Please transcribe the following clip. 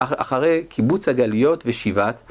אחרי קיבוץ הגלויות ושיבת